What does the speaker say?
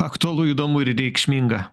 aktualu įdomu ir reikšminga